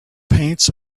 paints